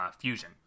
fusion